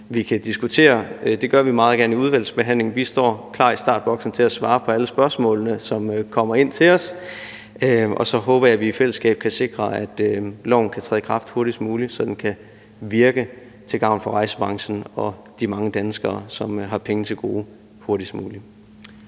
vi kan diskutere. Det gør vi meget gerne i udvalgsbehandlingen, og vi står klar i startboksen til at svare på alle spørgsmålene, som kommer ind til os, og så håber jeg, at vi i fællesskab kan sikre, at loven kan træde i kraft hurtigst muligt, så den kan virke til gavn for rejsebranchen og de mange danskere, som har penge til gode, hurtigst muligt.